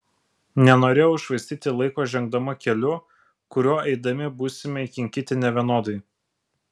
nenorėjau švaistyti laiko žengdama keliu kuriuo eidami būsime įkinkyti nevienodai